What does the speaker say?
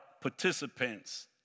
participants